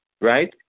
Right